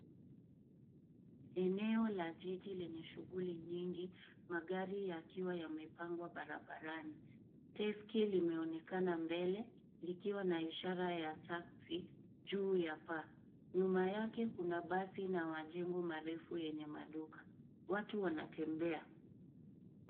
Eneo la jiji lenye shughuli nyingi. Magari yakiwa yamepangwa barabarani. Teksi limeonekana mbele likiwa na ishara ya taxi juu ya paa. Nyuma yake kuna basi na majengo marefu yenye maduka. Watu wanatembea.